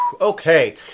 Okay